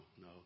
no